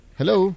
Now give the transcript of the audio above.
hello